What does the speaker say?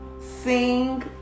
sing